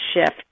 shift